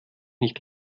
nicht